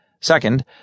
Second